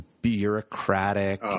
Bureaucratic